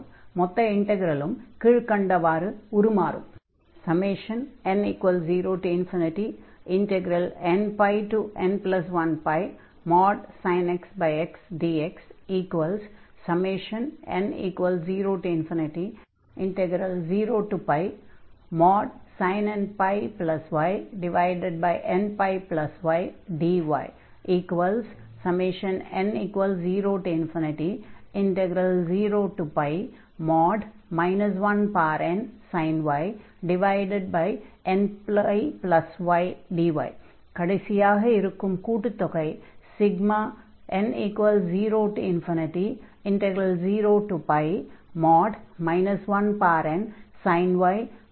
மொத்த இன்டக்ரலும் கீழ்க்கண்டவாறு உருமாறும் n0nπn1sin x xdxn00sin nπy nπydyn00 1nsin y nπydy கடைசியாக இருக்கும் கூட்டுத் தொகை n00 1nsin y nπydy ஆகும்